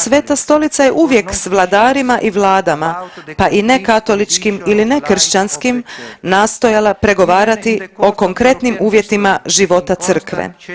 Sveta Stolica je uvijek s vladarima i vladama, pa i nekatoličkim i nekršćanskim nastojala pregovarati o konkretnim uvjetima života crkve.